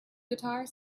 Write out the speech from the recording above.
guitar